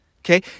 okay